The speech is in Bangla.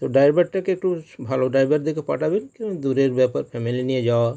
তো ড্রাইভারটাকে একটু ভালো ড্রাইভার দেখে পাঠাবেন কেন দূরের ব্যাপার ফ্যামিলি নিয়ে যাওয়া